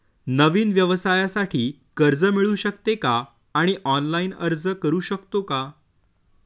नवीन व्यवसायासाठी कर्ज मिळू शकते का आणि ऑनलाइन अर्ज करू शकतो का?